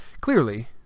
Clearly